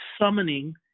summoning